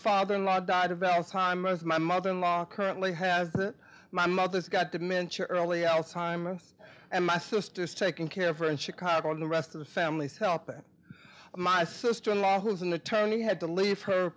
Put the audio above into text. father in law died of alzheimer's my mother in law currently has it my mother's got dementia early alzheimer's and my sister's taken care of her in chicago and the rest of the family's helping my sister in law who's an attorney had to leave her